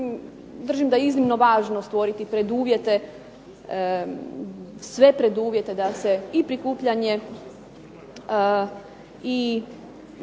Držim da je iznimno važno stvoriti sve preduvjete da se i prikupljanje i